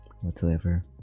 whatsoever